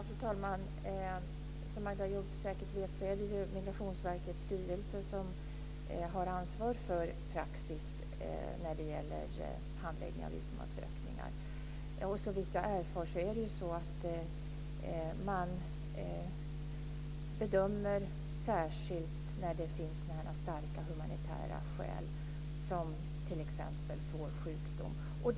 Fru talman! Som Magda Ayoub säkert vet är det Migrationsverkets styrelse som har ansvar för praxis när det gäller handläggning av visumansökningar. Såvitt jag vet gör man särskilda bedömningar när det finns starka humanitära skäl som t.ex. svår sjukdom.